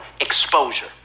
exposure